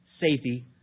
safety